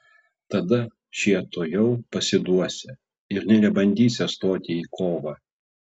tada šie tuojau pasiduosią ir nė nebandysią stoti į kovą